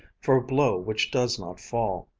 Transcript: for a blow which does not fall.